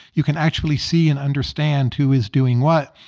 you can actually see and understand who is doing what.